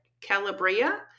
Calabria